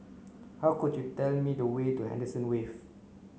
hill could you tell me the way to Henderson Wave